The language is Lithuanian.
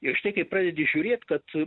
ir štai kai pradedi žiūrėt kad